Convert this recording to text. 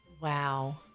Wow